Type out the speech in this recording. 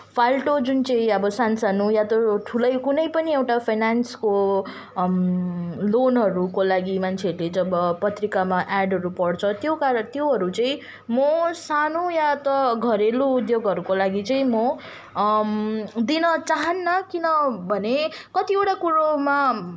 फाल्टु जुन चाहिँ अब सानो सानो या त ठुलै पनि कुनै एउटा फाइनेन्सको लोनहरूको लागि मान्छेहरूले जब पत्रिकामा एडहरू पढ्छन् त्यो कारण त्योहरू चाहिँ म सानो या त घरेलु उद्योगहरूको लागि चाहिँ म दिन चाहन्न किनभने कत्तिवटा कुरोमा